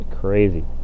crazy